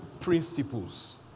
principles